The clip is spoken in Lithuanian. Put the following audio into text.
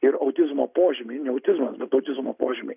ir autizmo požymiai ne autizmas bet autizmo požymiai